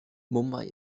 mumbai